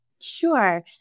Sure